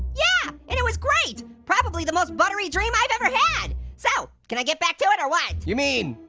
yeah, and it was great. probably the most buttery dream i've ever had. so, can i get back to it or what? you mean,